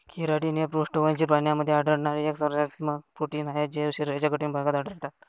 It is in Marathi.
केराटिन हे पृष्ठवंशी प्राण्यांमध्ये आढळणारे एक संरचनात्मक प्रोटीन आहे जे शरीराच्या कठीण भागात आढळतात